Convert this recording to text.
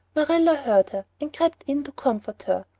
marilla heard her and crept in to comfort her.